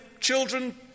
children